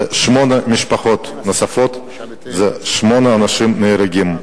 זה שמונה משפחות נוספות, זה שמונה אנשים שנהרגים.